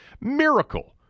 Miracle